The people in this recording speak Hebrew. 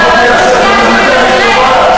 תעשה לי טובה,